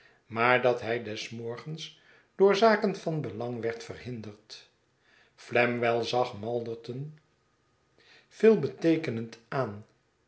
maar dat hij des morgens door zaken van belang werd verhinderd flamwell zag malderton veelbeteekenend aan